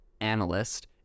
analyst